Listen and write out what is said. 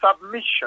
submission